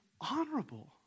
honorable